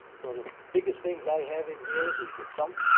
sort of the biggest things i have in here is the sump,